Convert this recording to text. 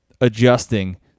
adjusting